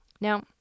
Now